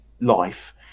life